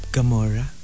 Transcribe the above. Gamora